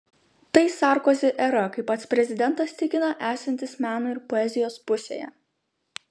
tai sarkozi era kai pats prezidentas tikina esantis meno ir poezijos pusėje